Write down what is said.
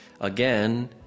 again